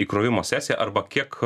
įkrovimo sesija arba kiek